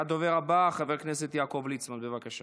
הדובר הבא חבר הכנסת יעקב ליצמן, בבקשה.